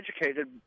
educated